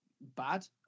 bad